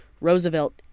Roosevelt